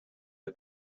for